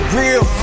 real